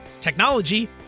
technology